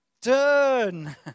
turn